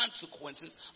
consequences